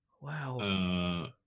Wow